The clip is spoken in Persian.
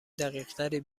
دقیقتری